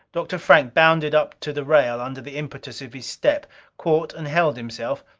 dr. frank bounded up to the rail under the impetus of his step caught and held himself.